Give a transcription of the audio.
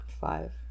Five